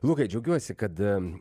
lukai džiaugiuosi kad